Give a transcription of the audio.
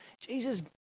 Jesus